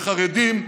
לחרדים,